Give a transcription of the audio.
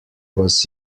was